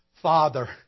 father